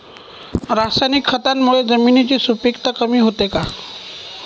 रासायनिक खतांमुळे जमिनीची सुपिकता कमी होते का?